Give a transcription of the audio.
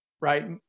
right